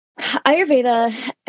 Ayurveda